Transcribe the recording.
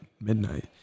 midnight